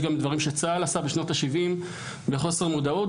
יש גם דברים שצה"ל עשה בשנות ה-70 בחוסר מודעות.